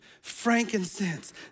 frankincense